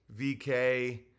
VK